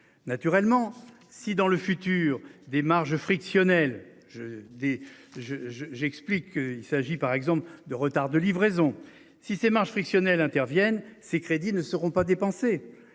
naturellement, si dans le futur des marges frictionnel je des je je j'explique qu'il s'agit par exemple de retards de livraison. Si ses marges frictionnel interviennent ces crédits ne seront pas dépensés.